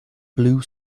blue